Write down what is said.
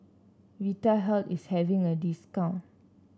Vitahealth is having a discount